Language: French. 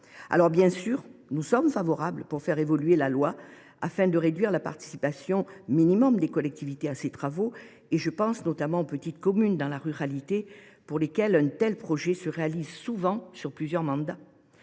2050. Bien sûr, nous sommes favorables à une évolution du droit permettant de réduire la participation minimum des collectivités à ces travaux ; je pense notamment aux petites communes rurales, pour lesquelles un tel projet se réalise souvent sur plusieurs mandats.